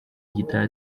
gitaha